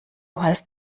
half